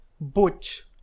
Butch